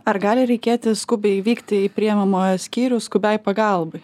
ar gali reikėti skubiai vykti į priimamojo skyrių skubiai pagalbai